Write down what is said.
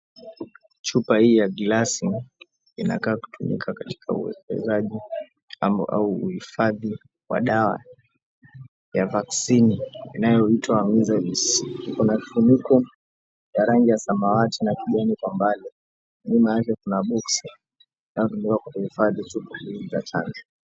Chupa hii ya glasi inakaa kutumika katika uekezaji au uhifadhi wa dawa ya vaccine inayoitwa measles , iko na kifuniko ya rangi ya samawati na kijani, kwa mbali nyuma yake kuna boksi linalotumika kuhifadhi chupa hizi za chanjo.